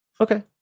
Okay